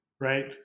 right